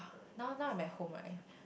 now now at my home right